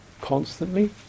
constantly